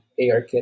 ARKit